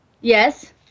yes